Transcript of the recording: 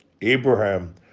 Abraham